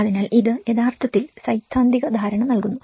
അതിനാൽ ഇത് യഥാർത്ഥത്തിൽ സൈദ്ധാന്തിക ധാരണ നൽകുന്നു